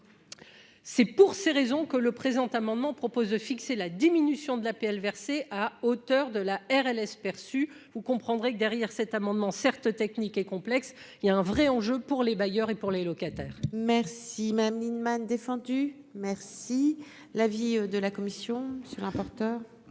c'est pour ces raisons que le présent amendement propose de fixer la diminution de l'APL versées à hauteur de la RLS perçu, vous comprendrez que derrière cet amendement certes technique et complexe, il y a un vrai enjeu pour les bailleurs et pour les locataires. Merci Madame Lienemann défendu merci l'avis de la commission sur un porteur.